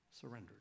surrendered